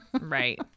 right